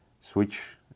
switch